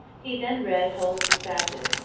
he then read hull's dispatches,